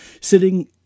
sitting